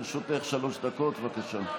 לרשותך שלוש דקות, בבקשה.